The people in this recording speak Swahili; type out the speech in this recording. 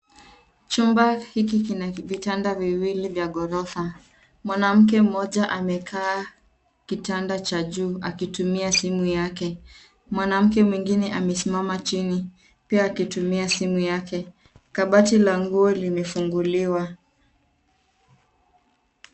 Chumba hiki kina vitanda viwili vya ghorofa. Mwanamke mmoja amekaa kitanda cha juu akitumia simu yake, mwanamke mwingine amesimama chini pia akitumia simu yake. Kabati la nguo limefunguliwa.